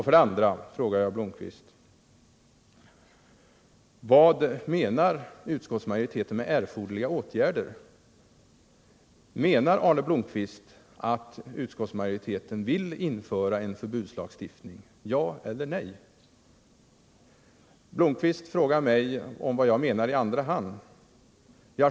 För det andra: Vad menar utskottsmajoriteten med ”erforderliga åtgärder”? Menar Arne Blomkvist att utskottsmajoriteten vill införa en förbudslagstiftning? Är svaret ja eller nej? Arne Blomkvist frågar mig vad jag menar med ”i andra hand”.